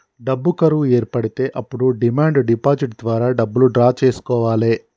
డబ్బు కరువు ఏర్పడితే అప్పుడు డిమాండ్ డిపాజిట్ ద్వారా డబ్బులు డ్రా చేసుకోవాలె